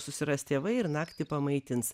susiras tėvai ir naktį pamaitins